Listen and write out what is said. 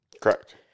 Correct